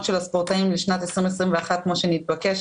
של הספורטאים לשנת 2021 כפי שנתבקש.